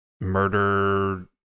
murder